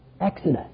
Exodus